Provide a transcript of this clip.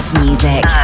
music